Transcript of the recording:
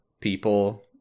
people